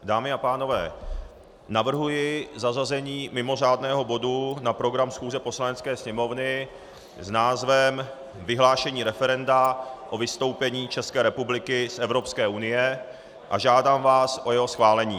Dámy a pánové, navrhuji zařazení mimořádného bodu na program schůze Poslanecké sněmovny s názvem Vyhlášení referenda o vystoupení České republiky z Evropské unie a žádám vás o jeho schválení.